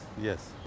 yes